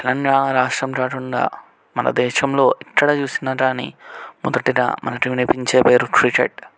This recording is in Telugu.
తెలంగాణ రాష్ట్రం కాకుండా మనదేశంలో ఎక్కడ చూసినా కానీ మొదటిగా మనకు వినిపించే పేరు క్రికెట్